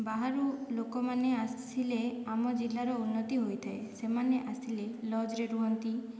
ବାହାରୁ ଲୋକମାନେ ଆସିଲେ ଆମ ଜିଲ୍ଲାର ଉନ୍ନତି ହୋଇଥାଏ ସେମାନେ ଆସିଲେ ଲଜରେ ରୁହନ୍ତି